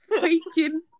faking